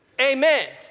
Amen